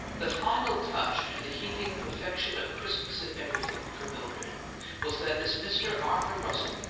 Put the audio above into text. the final touch to the heaping perfection of christmas-in-everything for mildred was that this mr. arthur russell,